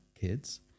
kids